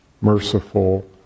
merciful